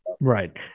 right